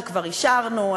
שכבר אישרנו,